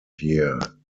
here